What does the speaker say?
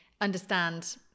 understand